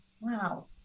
wow